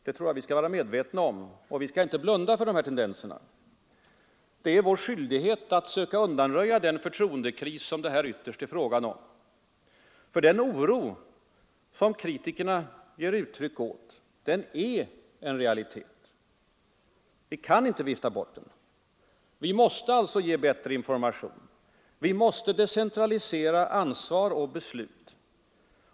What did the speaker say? Det tror jag vi skall vara medvetna om, och vi kan inte blunda för dessa tendenser. Det är vår skyldighet att söka undanröja den förtroendekris som det här ytterst är fråga om, ty den oro som kritikerna ger uttryck åt är en realitet. Vi kan inte vifta bort den. Vi måste alltså ge bättre information. Vi måste decentralisera ansvar och beslut.